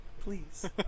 Please